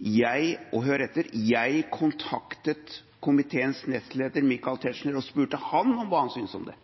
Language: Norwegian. Jeg – og hør etter – kontaktet komiteens nestleder, Michael Tetzschner, og spurte ham om hva han syntes om det,